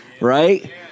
Right